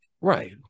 right